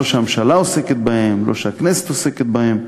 לא שהממשלה עוסקת בהם ולא שהכנסת עוסקת בהם,